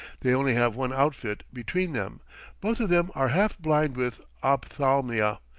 they only have one outfit between them both of them are half blind with ophthalmia,